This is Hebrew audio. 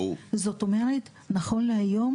זאת אומרת נכון להיום,